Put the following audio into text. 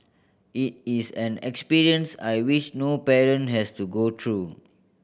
it is an experience I wish no parent has to go through